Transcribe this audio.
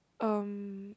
um